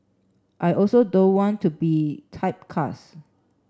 I also don't want to be typecast